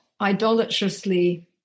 idolatrously